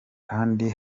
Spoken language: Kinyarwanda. kandi